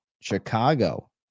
Chicago